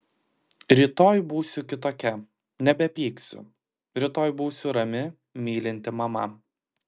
rytoj būsiu kitokia nebepyksiu rytoj būsiu rami mylinti mama